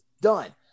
done